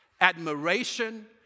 admiration